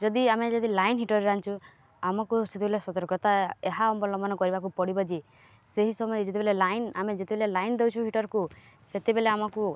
ଯଦି ଆମେ ଯଦି ଲାଇନ୍ ହିଟର୍ରେ ରାନ୍ଧୁଛୁ ଆମକୁ ସେତେବେଲେ ସତର୍କତା ଏହା ଅବଲମ୍ବନ କରିବାକୁ ପଡ଼ିବ ଯେ ସେହି ସମୟରେ ଯେତେବେଲେ ଲାଇନ୍ ଆମେ ଯେତେବେଲେ ଲାଇନ୍ ଦେଉଛୁ ହିଟର୍କୁ ସେତେବେଲେ ଆମକୁ